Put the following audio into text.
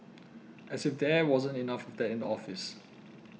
as if there wasn't enough of that in the office